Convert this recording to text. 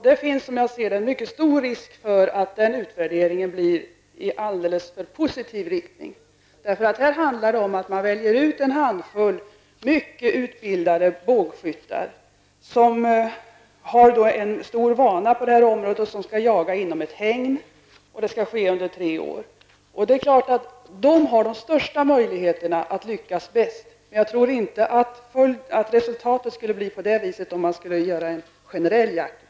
Det finns en stor risk för att utvärderingen blir alldeles för positiv. Det handlar om att välja ut en handfull väl utbildade bågskyttar, som har en stor vana på området och som skall jaga inom ett hägn. Det skall ske under en tid av tre år. De har de största möjligheterna att lyckas bäst. Jag tror inte att resultatet skulle bli så om det skulle göras en generell jakt.